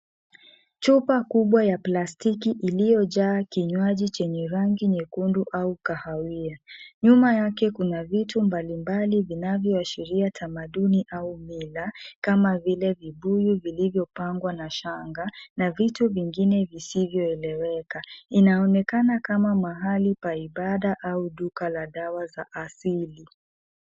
Chupa kubwa ya plastiki iliyojaa kinywaji chenye rangi nyekundu au kahawia. Nyuma yake kuna vitu mbalimbali vinavyoashiria tamaduni au mila, kama vile vibuyu vilivyopangwa na shanga na vitu vingine visivyoeleweka. Inaonekana kama mahali pa ibada au duka la dawa za asili.